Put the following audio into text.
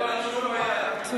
לא, לא, אין שום בעיה, מצוין.